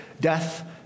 death